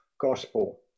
Gospel